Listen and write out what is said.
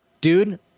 Dude